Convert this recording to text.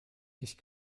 ich